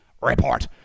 report